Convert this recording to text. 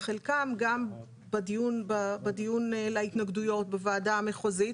חלקם גם בדיון להתנגדויות בוועדה המחוזית,